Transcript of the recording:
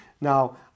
Now